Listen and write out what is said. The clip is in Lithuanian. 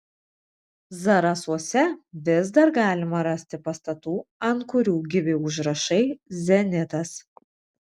zarasuose vis dar galima rasti pastatų ant kurių gyvi užrašai zenitas